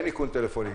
אין איכון טלפונים.